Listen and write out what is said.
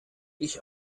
ich